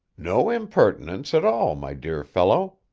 no impertinence, at all, my dear fellow.